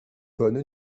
bonne